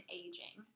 aging